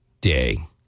Day